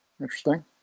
Interesting